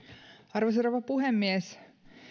arvoisa rouva puhemies